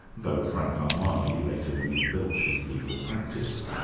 though frank armani later rebuilt his legal practice.